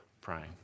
praying